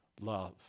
Love